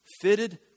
fitted